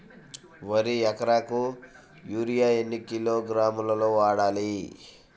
వరికి ఎకరాకు యూరియా ఎన్ని కిలోగ్రాములు వాడాలి?